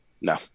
No